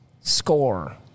Score